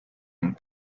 and